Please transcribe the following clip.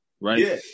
right